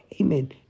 Amen